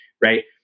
right